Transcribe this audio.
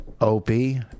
Opie